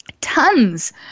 tons